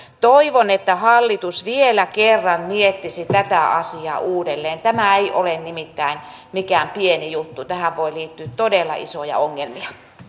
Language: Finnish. toivon että hallitus vielä kerran miettisi tätä asiaa uudelleen tämä ei ole nimittäin mikään pieni juttu tähän voi liittyä todella isoja ongelmia